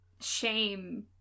shame